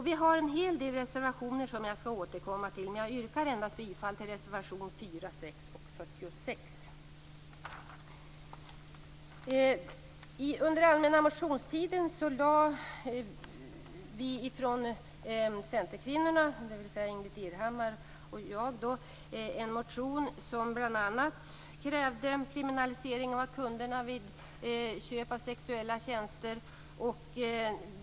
Vi har en hel del reservationer som vi skall återkomma till, men jag yrkar bifall endast till reservationerna 4, 6 och 46. Under allmänna motionstiden väckte vi från centerkvinnorna, dvs. Ingbritt Irhammar och jag, en motion där vi bl.a. krävde kriminalisering av kunderna vid köp av sexuella tjänster.